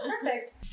Perfect